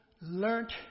learned